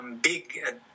Big